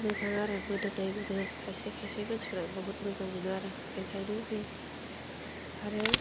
मोजां आरो मोदोमनाय मोनो खायसे खायसे मानसिफ्रा बहत मोजां मोनो आरो बेखायनो होयो आरो